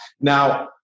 Now